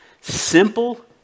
Simple